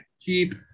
cheap